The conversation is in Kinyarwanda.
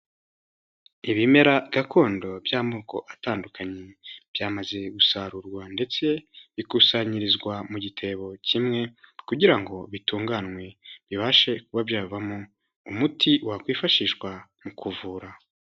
Ibimera gakondo by'amoko atandukanye byamaze gusarurwa ndetse bikusanyirizwa mu gitebo kimwe kugira ngo bitunganwe bibashe kuba byavamo umuti wakwifashishwa mu kuvura.